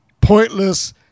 pointless